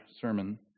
sermon